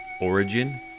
Origin